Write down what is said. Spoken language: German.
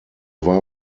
war